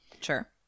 Sure